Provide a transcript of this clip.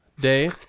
Day